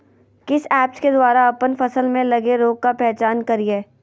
किस ऐप्स के द्वारा अप्पन फसल में लगे रोग का पहचान करिय?